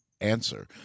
answer